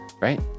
right